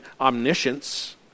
omniscience